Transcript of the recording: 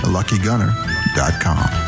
LuckyGunner.com